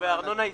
וארנונה עסקית.